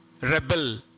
rebel